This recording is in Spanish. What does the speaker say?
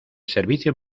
servicio